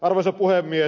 arvoisa puhemies